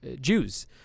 jews